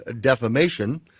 defamation